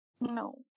No